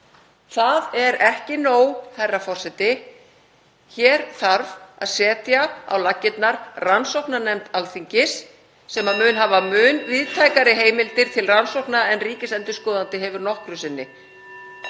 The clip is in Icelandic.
Það er ekki nóg, herra forseti. Hér þarf að setja á laggirnar rannsóknarnefnd Alþingis sem mun hafa (Forseti hringir.) mun víðtækari heimildir til rannsókna en ríkisendurskoðandi hefur nokkru sinni,